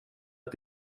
att